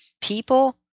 People